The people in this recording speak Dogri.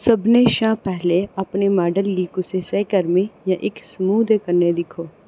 सभनें शां पैह्लें अपने माडल गी कुसै सैह्कर्मी जां इक समूह् दे कन्नै दिक्खो